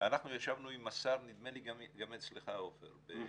אנחנו ישבנו עם השר, נדמה לי גם אצלך, עפר -- כן.